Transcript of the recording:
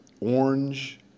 orange